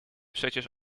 przecież